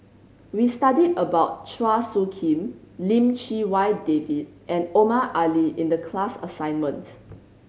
we studied about Chua Soo Khim Lim Chee Wai David and Omar Ali in the class assignments